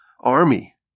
army